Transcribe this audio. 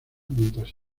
mientras